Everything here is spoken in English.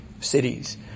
Cities